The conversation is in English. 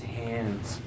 hands